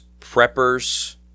preppers